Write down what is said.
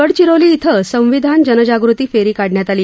गडचिरोली इथं संविधान जनजागृती फेरी काढण्यात आली